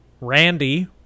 Randy